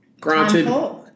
granted